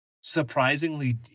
surprisingly